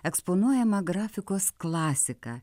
eksponuojama grafikos klasika